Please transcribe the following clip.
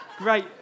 Great